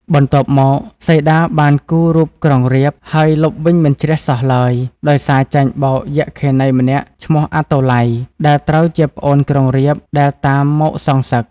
បន្ទាប់មក សីតាបានគូររូបក្រុងរាពណ៍ ហើយលុបវិញមិនជ្រះសោះឡើយ ដោយសារចាញ់បោកយក្ខិនីម្នាក់ឈ្មោះ អាតុល័យ ដែលត្រូវជាប្អូនក្រុងរាពណ៍ដែលតាមមកសងសឹក។